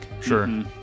Sure